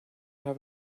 have